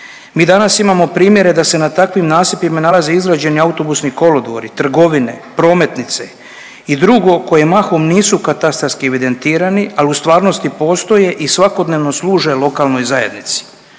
Mi danas imamo primjere da se na takvim nasipima nalaze izrađeni autobusni kolodvori, trgovine, prometnice i drugo koje mahom nisu katastarski evidentirani, ali u stvarnosti postoje i svakodnevno služe lokalnoj zajednici.